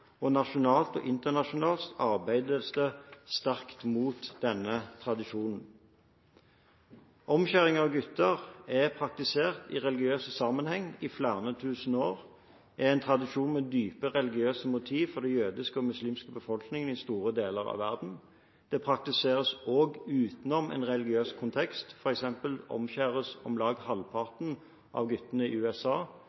og nasjonalt og internasjonalt arbeides det hardt mot denne tradisjonen. Omskjæring av gutter har vært praktisert i religiøs sammenheng i flere tusen år, og er en tradisjon med dype religiøse motiv for den jødiske og den muslimske befolkningen i store deler av verden. Den praktiseres også utenom en religiøs kontekst – f.eks. omskjæres om lag